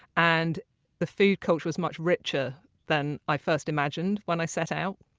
and the food culture was much richer than i first imagined when i set out.